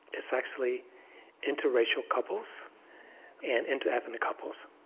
it's actually interracial couples and interethnic couples.